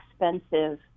expensive